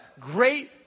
Great